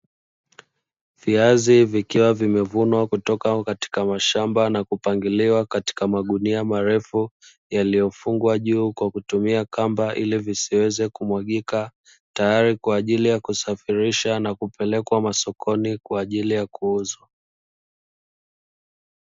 Viazi vikiwa vimevunwa kutoka katika mashamba na kupangiliwa katika magunia marefu, yaliyofungwa juu kwa kutumia kamba ile visiweze kumwagika tayari kwa ajili ya kusafirisha na kupelekwa masokoni kwa ajili ya kuuzwa.